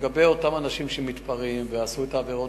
לגבי אותם אנשים שמתפרעים ועשו את העבירות,